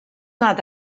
naar